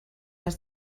has